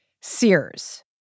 Sears